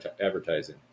advertising